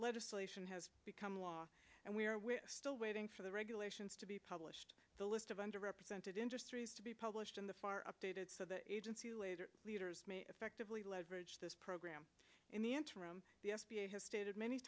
legislation has become law and we are still waiting for the regulations to be published the list of under represented industries to be published in the far updated so the agency leaders effectively leverage this program in the interim the s b a has stated many